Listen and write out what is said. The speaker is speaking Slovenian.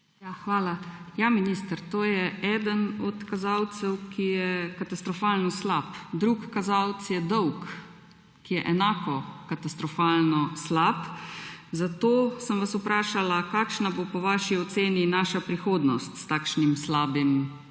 SAB):** Ja, minister, to je eden od kazalcev, ki je katastrofalno slab. Drug kazalec je dolg, ki je enako katastrofalno slab. Zato sem vas vprašala, kakšna bo po vaši oceni naša prihodnost s takšnim slabim